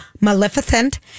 Maleficent